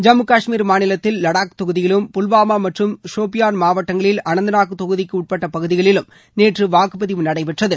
ஜம்மு காஷ்மீர் மாநிலத்தில் லடாக் தொகுதியிலும் புல்வாமா மற்றும் ஷோபியான் மாவட்டங்களில் அனந்தநாக் தொகுதிக்கு உட்பட்ட பகுதிகளிலும் நேற்று வாக்குப் பதிவு நடைபெற்றது